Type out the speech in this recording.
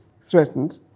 threatened